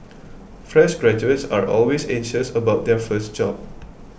fresh graduates are always anxious about their first job